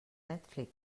netflix